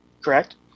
correct